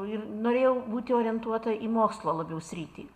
ir norėjau būti orientuota į mokslo labiau sritį